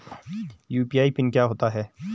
UPI PIN क्या होता है?